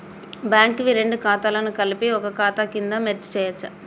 Bank వి రెండు ఖాతాలను కలిపి ఒక ఖాతా కింద మెర్జ్ చేయచ్చా?